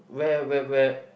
where where where